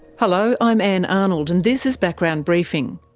hello, i'm ann arnold and this is background briefing.